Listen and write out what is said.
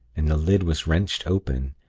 and the lid was wrenched open,